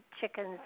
chickens